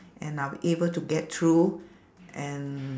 and I'm able to get through and